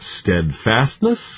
steadfastness